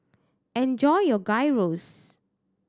enjoy your Gyros